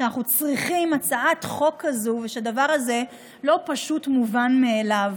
שאנחנו צריכים הצעת חוק כזאת ושהדבר הזה לא פשוט מובן מאליו.